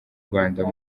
rwanda